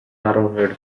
arrowhead